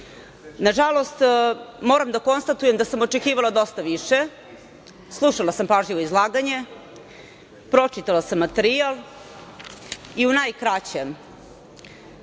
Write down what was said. ekspozea. Nažalost, moram da konstatujem da sam očekivala dosta više. Slušala sam pažljivo izlaganje, pročitala sam materijal i u najkraćem. Pod